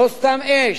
לא סתם אש,